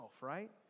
right